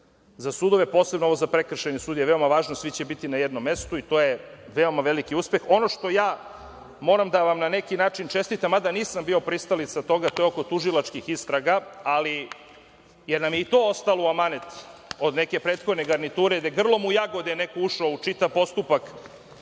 za sudove, posebno ovo za prekršajne sudije, veoma važno, svi će biti na jednom mestu i to je veoma veliki uspeh. Ono što moram da vam na neki način čestitam, mada nisam bio pristalica toga, to je oko tužilačkih istraga, ali nam je i to ostalo u amanet od neke prethodne garniture, gde je grlom u jagode neko ušao u čitav postupak